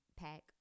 pack